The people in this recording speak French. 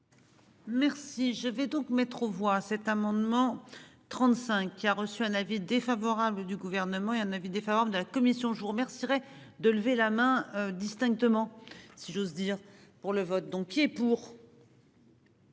Merci je vais donc mettre aux voix cet amendement 35 qui a reçu un avis défavorable du gouvernement et un avis défavorable de la commission je vous remercierai de lever la main distinctement si j'ose dire pour le vote donc est pour.